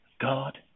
God